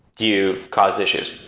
you cause issues,